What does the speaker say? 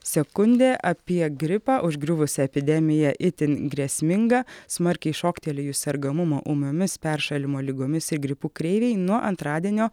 sekundė apie gripą užgriuvusi epidemija itin grėsminga smarkiai šoktelėjus sergamumo ūmiomis peršalimo ligomis ir gripu kreivei nuo antradienio